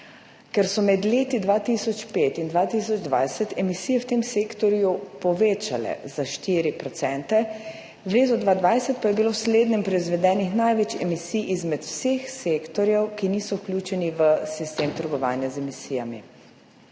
Ker so se med leti 2005 in 2020 emisije v tem sektorju povečale za 4 %, v letu 2020 pa je bilo v slednjem proizvedenih največ emisij izmed vseh sektorjev, ki niso vključeni v sistem trgovanja z emisijami.